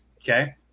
Okay